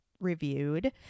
reviewed